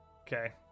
Okay